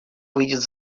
выйдет